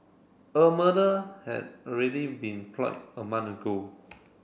a murder had already been a month ago